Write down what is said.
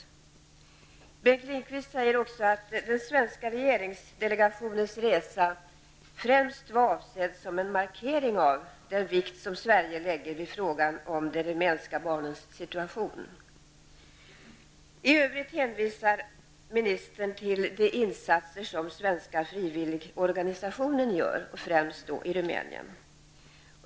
Bengt Lindqvist säger också att den svenska regeringsdelegationens resa främst var avsedd som en markering av den vikt som Sverige lägger vid frågan om de rumänska barnens situation. I övrigt hänvisar ministern till de insatser som svenska frivilligorganisationer gör, främst i Rumänien.